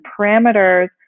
parameters